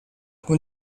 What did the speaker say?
con